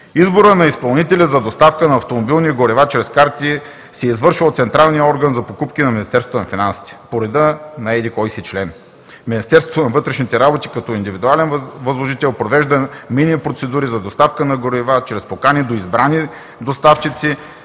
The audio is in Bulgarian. Изборът на изпълнителя за доставка на автомобилни горива чрез карти се извършва от централния орган за покупки на Министерството на финансите по реда на еди-кой си член. Министерството на вътрешните работи, като индивидуален възложител, провежда минимум процедури за доставка на горива чрез покани до избрани доставчици